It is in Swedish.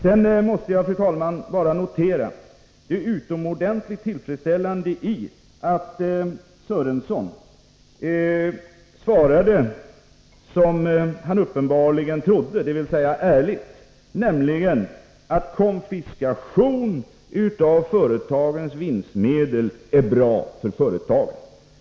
Sedan måste jag, fru talman, notera det utomordentligt tillfredsställande i att Lars-Ingvar Sörenson svarade som han uppenbarligen tror, dvs. ärligt, och menade att konfiskation av företagens vinstmedel är bra för företagen.